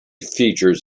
features